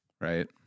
Right